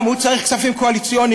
גם הוא צריך כספים קואליציוניים?